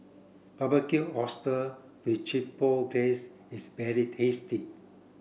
Barbecued Oyster with Chipotle Glaze is very tasty